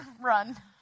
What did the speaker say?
Run